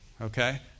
okay